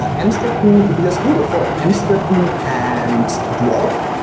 ah emcripten, if you just google for emcripten and dwarf,